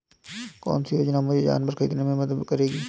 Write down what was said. कौन सी योजना मुझे जानवर ख़रीदने में मदद करेगी?